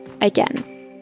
Again